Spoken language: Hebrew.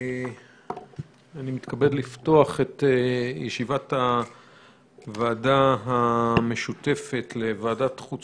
אני מתכבד לפתוח את ישיבת הוועדה המשותפת לוועדת חוץ